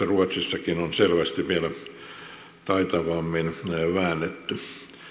ruotsissakin on selvästi vielä taitavammin väännetty